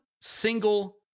single